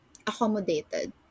accommodated